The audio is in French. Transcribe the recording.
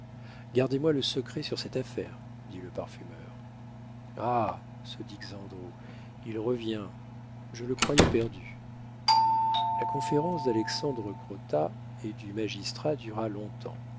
gardez-moi le secret de cette affaire dit le parfumeur ah se dit xandrot il revient je le croyais perdu la conférence d'alexandre crottat et du magistrat dura long-temps